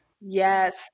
Yes